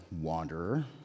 wanderer